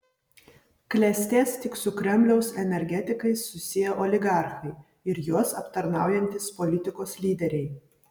klestės tik su kremliaus energetikais susiję oligarchai ir juos aptarnaujantys politikos lyderiai